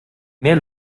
mehr